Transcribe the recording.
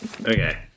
Okay